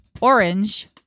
orange